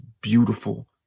beautiful